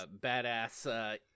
badass